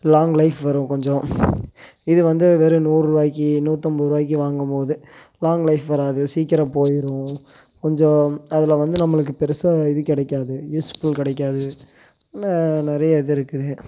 long life வரும் கொஞ்சம் இது வந்து வெறும் நூறுபாக்கி நூற்றைம்பது ரூபாக்கி வாங்கும்போது லாங் லைஃப் வராது சீக்கரம் போயிடும் கொஞ்சம் அதில் வந்து நம்மளுக்கு பெருசாக இது கிடைக்காது யூஸ்ஃபுல் கிடைக்காது நிறைய இது இருக்குது